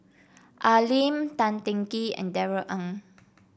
Al Lim Tan Teng Kee and Darrell Ang